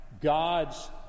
God's